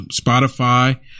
Spotify